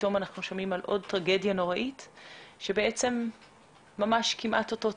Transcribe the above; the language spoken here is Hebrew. פתאום אנחנו שומעים על עוד טרגדיה נוראית והתיאור הוא כמעט אותו תיאור,